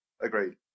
Agreed